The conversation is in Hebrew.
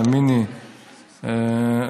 תאמיני לי,